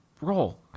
roll